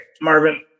Marvin